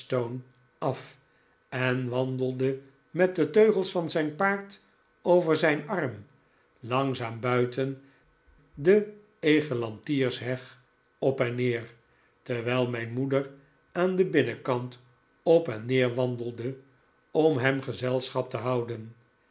af en wandelde met de teugels van zijn paard over zijn arm langzaam buiten de egelantiersheg op en neer terwijl mijn moeder aan den binnenkant op en neer wandelde om hem gezelschap te houden